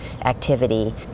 activity